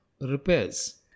repairs